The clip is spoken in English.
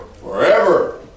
Forever